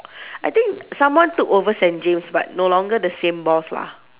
I think someone took over Saint James but no longer the same boss lah